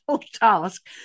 task